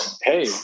hey